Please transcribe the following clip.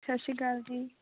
ਸਤਿ ਸ਼੍ਰੀ ਅਕਾਲ ਜੀ